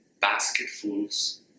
basketfuls